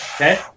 Okay